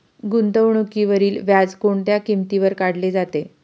गुंतवणुकीवरील व्याज कोणत्या किमतीवर काढले जाते?